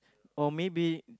or maybe